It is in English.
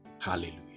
Hallelujah